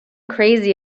crazy